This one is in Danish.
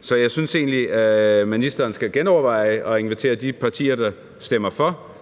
Så jeg synes egentlig, at ministeren skulle genoverveje at invitere de partier, der stemmer for,